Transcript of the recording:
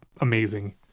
amazing